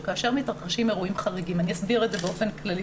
שכאשר מתרחשים אירועים חריגים אני אסביר את זה באופן כללי,